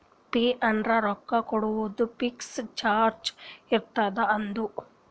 fee ಅಂದುರ್ ರೊಕ್ಕಾ ಕೊಡೋದು ಫಿಕ್ಸ್ ಚಾರ್ಜ್ ಇರ್ತುದ್ ಅದು